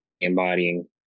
embodying